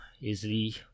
easily